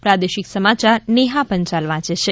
પ્રાદેશિક સમાયાર નેહા પંચાલ વાંચે છે